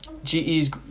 GE's